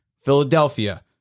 Philadelphia